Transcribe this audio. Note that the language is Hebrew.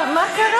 הינה,